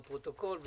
אתם